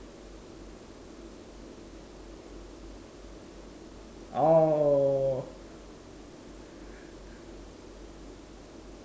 oh